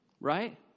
Right